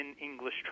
English